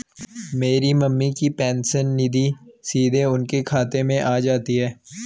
मेरी मम्मी की पेंशन निधि सीधे उनके खाते में आ जाती है